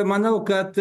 manau kad